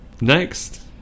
Next